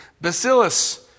bacillus